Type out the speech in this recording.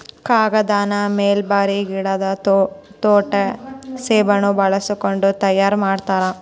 ಕಾಗದಾನ ಮಲ್ಬೇರಿ ಗಿಡದ ತೊಗಟಿ ಸೆಣಬ ಬಳಸಕೊಂಡ ತಯಾರ ಮಾಡ್ತಾರ